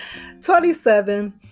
27